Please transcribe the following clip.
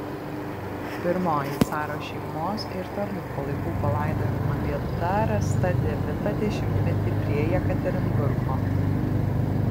pirmoji caro šeimos ir tarnų palaikų palaidojimo vieta rasta devintą dešimtmetį prie jekaterinburgo